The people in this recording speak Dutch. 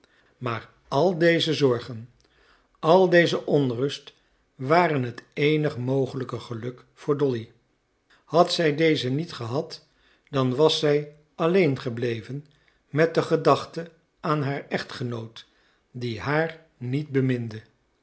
maar al deze zorgen al deze onrust waren het eenig mogelijke geluk voor dolly had zij deze niet gehad dan was zij alleen gebleven met de gedachte aan haar echtgenoot die haar niet beminde